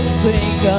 sing